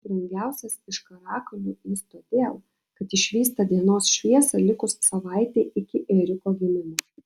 brangiausias iš karakulių jis todėl kad išvysta dienos šviesą likus savaitei iki ėriuko gimimo